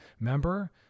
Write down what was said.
Remember